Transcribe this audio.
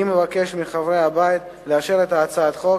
אני מבקש מחברי הבית לאשר את הצעת החוק